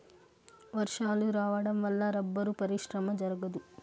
వర్షాలు రావడం వల్ల రబ్బరు పరిశ్రమ జరగదు